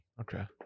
Okay